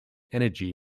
energy